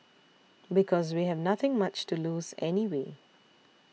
because we have nothing much to lose anyway